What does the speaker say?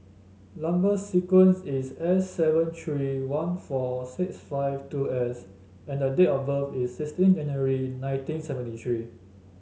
number sequence is S seven three one four six five two S and the date of birth is sixteen January nineteen seventy three